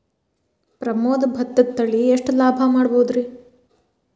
ಪ್ರಮೋದ ಭತ್ತದ ತಳಿ ಎಷ್ಟ ಲಾಭಾ ಮಾಡಬಹುದ್ರಿ?